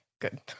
good